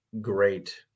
great